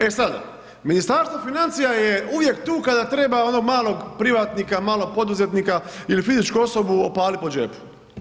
E sad, Ministarstvo financija je uvijek tu kada treba onog malog privatnika, malog poduzetnika ili fizičku osobu, opalit po džepu.